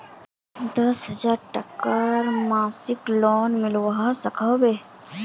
दस हजार टकार मासिक लोन मिलवा सकोहो होबे?